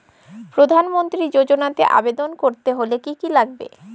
প্রধান মন্ত্রী যোজনাতে আবেদন করতে হলে কি কী লাগবে?